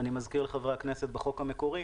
אני מזכיר לחברי הכנסת, בחוק המקורי